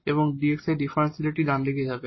এবং dx এই ডিফারেনশিয়ালটি ডানদিকে যাবে